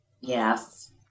Yes